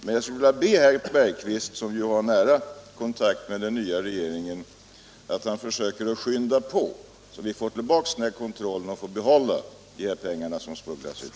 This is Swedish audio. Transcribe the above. Men jag skulle vilja be herr Bergqvist, som ju har nära kontakt med den nya regeringen, att försöka skynda på så att vi får tillbaka kontrollen och får behålla de pengar som annars skulle smugglas ut.